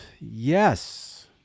yes